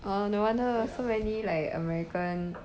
orh no wonder so many like american